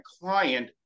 client